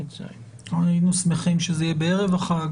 היינו שמחים שזה יהיה בערב החג,